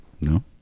No